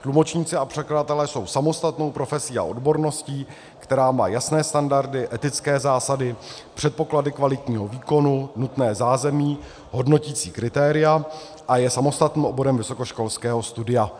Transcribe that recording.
Tlumočníci a překladatelé jsou samostatnou profesí a odborností, která má jasné standardy, etické zásady, předpoklady kvalitního výkonu, nutné zázemí, hodnoticí kritéria a je samostatným oborem vysokoškolského studia.